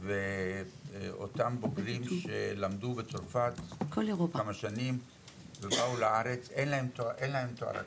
ואותם בוגרים שלמדו בצרפת כמה שנים ובאו לארץ אין להם תואר אקדמי.